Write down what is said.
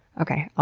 okay, ah